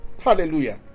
Hallelujah